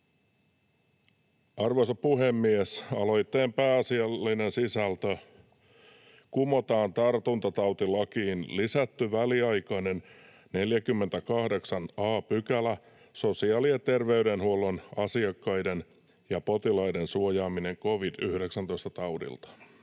Arvoisa puhemies! Aloitteen pääasiallinen sisältö: kumotaan tartuntatautilakiin lisätty väliaikainen 48 a § ”Sosiaali- ja terveydenhuollon asiakkaiden ja potilaiden suojaaminen covid-19-taudilta”.